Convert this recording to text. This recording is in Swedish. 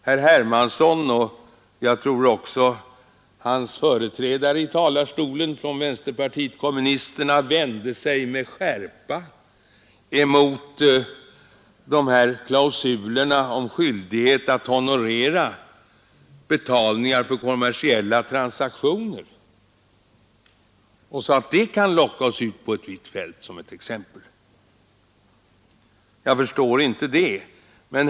Herr Hermansson, och jag tror också hans företrädare i talarstolen från vänsterpartiet kommunisterna, vände sig med skärpa emot klausulerna om skyldighet att honorera betalningarna för kommersiella transaktioner och sade att det kan locka oss ut på ett vitt fält. Jag förstår inte det.